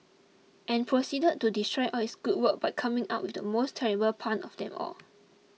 and proceeded to destroy all its good work by coming up with the most terrible pun of them all